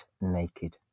Naked